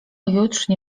jutrzni